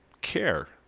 care